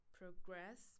progress